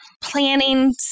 planning